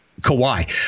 Kawhi